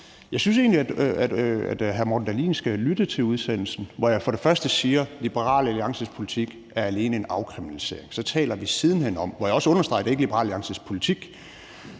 Jeg synes egentlig, at hr. Morten Dahlin skal lytte til udsendelsen, hvor jeg først siger: Liberal Alliances politik er alene en afkriminalisering. Så taler vi siden hen, hvor jeg også understreger, at det ikke er Liberal Alliances politik,